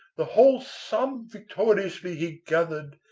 the whole sum victoriously he gathered,